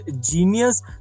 genius